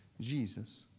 Jesus